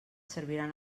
serviran